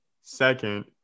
Second